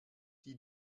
die